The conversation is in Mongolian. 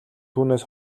түүнээс